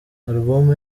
alubumu